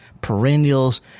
perennials